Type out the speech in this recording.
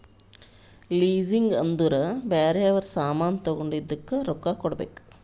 leasing ಅಂದುರ್ ಬ್ಯಾರೆ ಅವ್ರ ಸಾಮಾನ್ ತಗೊಂಡಿದ್ದುಕ್ ರೊಕ್ಕಾ ಕೊಡ್ಬೇಕ್